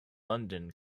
london